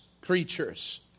creatures